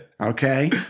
Okay